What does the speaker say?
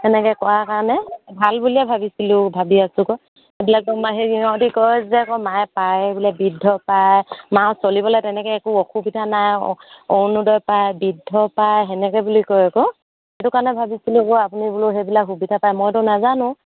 তেনেকৈ কোৱাৰ কাৰণে ভাল বুলিয়ে ভাবিছিলোঁ ভাবি আছোঁ আকৌ এইবিলাক ম সিহঁতে কয় যে ক মায়ে পায় বোলে বৃদ্ধ পায় মা চলিবলৈ তেনেকৈ একো অসুবিধা নাই অ অৰুণোদয় পায় বৃদ্ধ পায় তেনেকৈ বুলি কয় আকৌ সেইটো কাৰণে ভাবিছিলোঁ আকৌ আপুনি বোলো সেইবিলাক সুবিধা পায় মইতো নাজানো